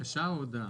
בקשה או הודעה?